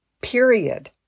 period